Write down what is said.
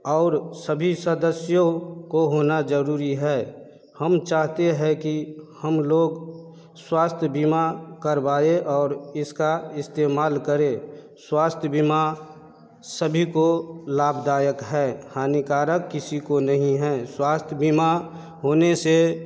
और सभी सदस्यों को होना ज़रूरी है हम चाहते हैं कि हम लोग स्वास्थ्य बीमा करवाएं और इसका इस्तेमाल करें स्वास्थ्य बीमा सभी को लाभदायक है हानिकारक किसी को नहीं है स्वास्थ्य बीमा होने से